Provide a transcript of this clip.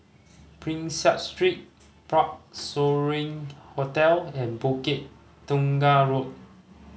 Prinsep Street Parc Sovereign Hotel and Bukit Tunggal Road